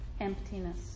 emptiness